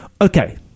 Okay